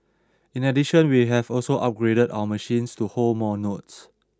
in addition we have also upgraded our machines to hold more notes